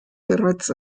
bereits